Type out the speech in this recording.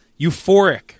euphoric